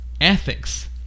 ethics